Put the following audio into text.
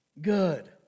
good